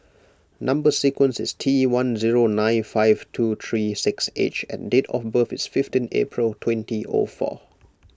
Number Sequence is T one zero nine five two three six H and date of birth is fifteen April twenty O four